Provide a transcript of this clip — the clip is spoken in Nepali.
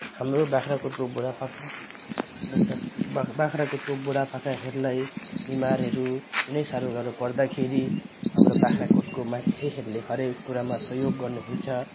हाम्रो बाग्राकोटको बुढापाका बाग्राकोटको बुढापाकाहरूलाई बिमारहरू नै साह्रो गाह्रो पर्दाखेरि हाम्रो बाग्राकोटको मान्छेहरूले हरएक कुरामा सहयोग गर्नु हुन्छ